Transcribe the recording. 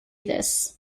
this